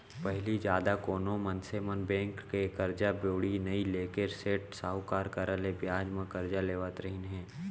पहिली जादा कोनो मनसे मन बेंक ले करजा बोड़ी नइ लेके सेठ साहूकार करा ले बियाज म करजा लेवत रहिन हें